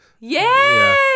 Yes